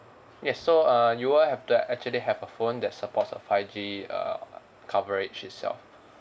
yes so uh you will have to actually have a phone that supports of five G uh coverage itself